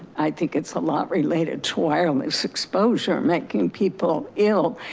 i think it's a lot related to wireless exposure making people ill,